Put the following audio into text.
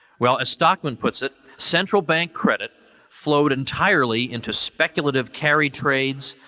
well, as stockman puts it, central bank credit float entirely into speculative carry trades,